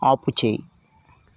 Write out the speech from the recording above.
ఆపుచేయి